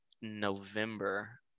November